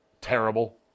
terrible